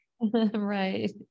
right